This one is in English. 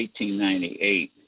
1898